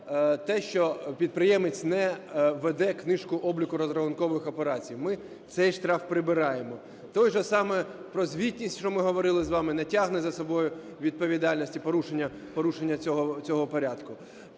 те, що підприємець не веде книжку обліку розрахункових операцій. Ми цей штраф прибираємо. Той же самий про звітність, що ми говорили з вами, не тягне за собою відповідальності, порушення, порушення цього порядку.